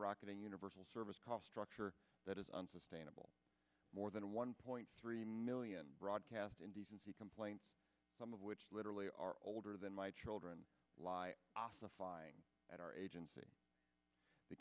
rocketing universal service cost structure that is unsustainable more than one point three million broadcast indecency complaints some of which literally are older than my children lie ossify at our agency the